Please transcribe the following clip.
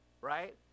Right